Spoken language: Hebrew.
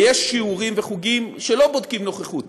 ויש שיעורים וחוגים שלא בודקים נוכחות,